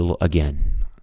again